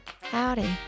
Howdy